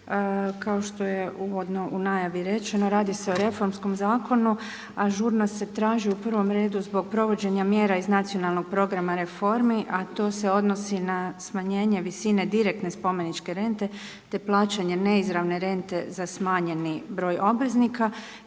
Kao što je uvodno u najavi rečeno radi se reformskom zakonu a žurnost se traži u prvom redu zbog provođenja mjera iz nacionalnog programa reformi a to se odnosi na smanjenje visine direktne spomeničke rente te plaćanje neizravne rente za smanjeni broj obveznika